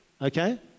okay